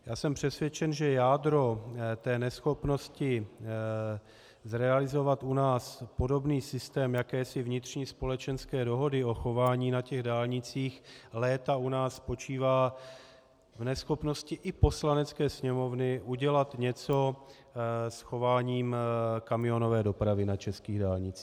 Já jsem přesvědčen, že jádro neschopnosti zrealizovat u nás podobný systém jakési vnitřní společenské dohody o chování na dálnicích léta u nás spočívá v neschopnosti i Poslanecké sněmovny udělat něco s chováním kamionové dopravy na českých dálnicích.